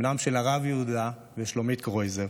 בנם של הרב יהודה ושלומית קרויזר,